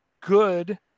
good